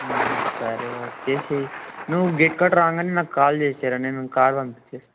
సరే వచ్చేయి నువ్వు గేట్ కాడ రాగానే నాకు కాల్ చేయిరా నేను కార్ పంపిస్తాను